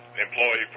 employee